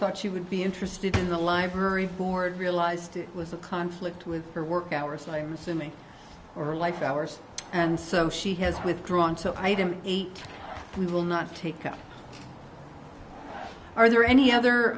thought she would be interested in the library board realized it was a conflict with her work hours and i'm assuming or life hours and so she has withdrawn to item eight we will not take up are there any other